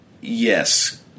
Yes